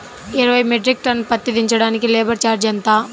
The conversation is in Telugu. ఇరవై మెట్రిక్ టన్ను పత్తి దించటానికి లేబర్ ఛార్జీ ఎంత?